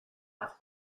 auf